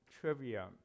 trivia